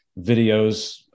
videos